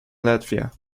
latvia